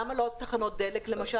למה לא תחנות דלק למשל?